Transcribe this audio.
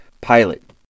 pilot